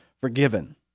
forgiven